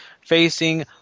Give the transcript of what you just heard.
facing